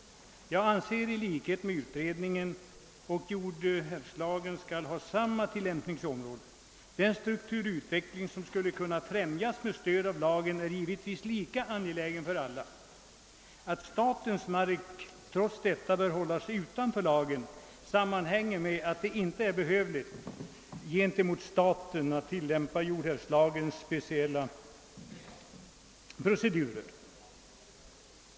Jag anser i likhet med utredningen att jordhävdslagen skall ha samma tillämpningsområde. Den strukturutveckling som skall kunna främjas med stöd av lagen är givetvis lika angelägen för alla ägarkategorier. Att statens mark trots detta bör hållas utanför lagen sammanhänger med att det inte är behövligt att gentemot staten tillämpa jordhävdslagens speciella procedur.